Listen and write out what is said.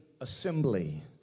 assembly